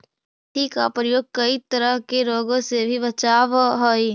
मेथी का प्रयोग कई तरह के रोगों से भी बचावअ हई